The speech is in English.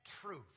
truth